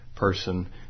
Person